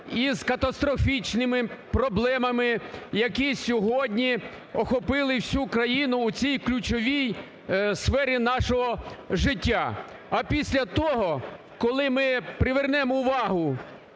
із катастрофічними проблемами, які сьогодні охопили всю країну у цій ключовій сфері нашого життя. А після того, коли ми привернемо увагу